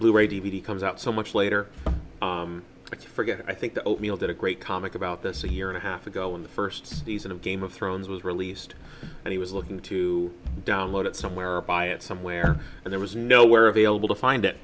blu ray d v d comes out so much later but forget i think the oatmeal did a great comic about this a year and a half ago when the first season of game of thrones was released and he was looking to download it somewhere or buy it somewhere and there was nowhere available to find it